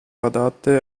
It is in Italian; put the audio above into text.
adatte